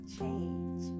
change